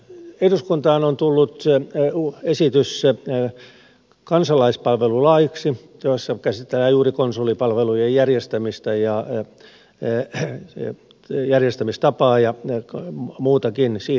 eduskuntaan on tullut esitys kansalaispalvelulaiksi jossa käsitellään juuri konsulipalvelujen järjestämistapaa ja muutakin siihen liittyvää